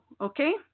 Okay